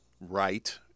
right